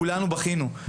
כולנו בכינו.